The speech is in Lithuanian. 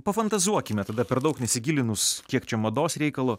pafantazuokime tada per daug nesigilinus kiek čia mados reikalo